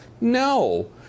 no